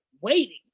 waiting